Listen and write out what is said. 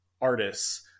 artists